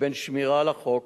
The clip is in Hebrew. לבין שמירה על החוק,